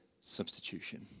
substitution